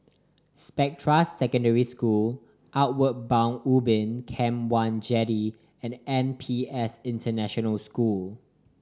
Spectra Secondary School Outward Bound Ubin Camp One Jetty and N P S International School